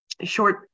short